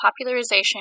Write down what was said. popularization